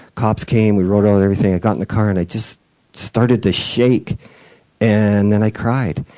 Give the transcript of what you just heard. cops came, we wrote out everything, i got in the car and i just started to shake and then i cried.